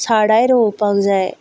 झाडांय रोवपाक जाय